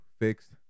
fixed